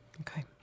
Okay